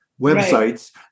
websites